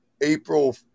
April